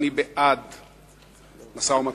אני בעד משא-ומתן,